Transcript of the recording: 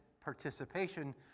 participation